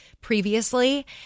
previously